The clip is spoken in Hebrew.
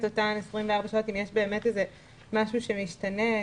אותן 24 שעות אם יש באמת משהו שמשתנה,